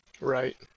Right